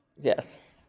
yes